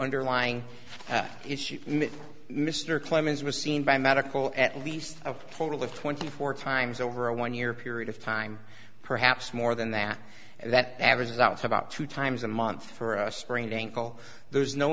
underlying issue mr clemens was seen by medical at least of total of twenty four times over a one year period of time perhaps more than that that averages out about two times a month for a sprained ankle there's no